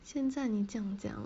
现在你这样讲